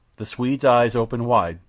the swede's eyes opened wide,